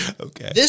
Okay